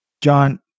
John